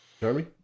Jeremy